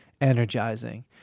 energizing